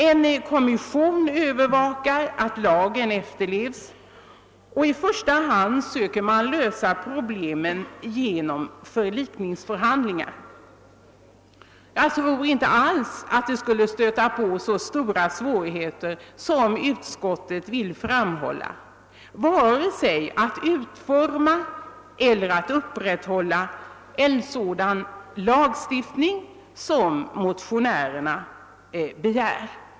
En kommission övervakar att lagen efterlevs, och i första hand söker man lösa problemen genom förlikningsförhandlingar. Jag tror inte alls att det skulle stöta på så stora svårigheter som utskottet vill framhålla vare sig att utforma eller att upprätthålla en så dan lagstiftning som motionärerna begär.